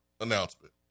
announcement